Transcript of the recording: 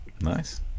Nice